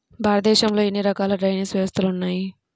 భారతదేశంలో ఎన్ని రకాల డ్రైనేజ్ వ్యవస్థలు ఉన్నాయి?